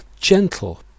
gentle